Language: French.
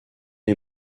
est